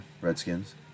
Redskins